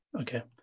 okay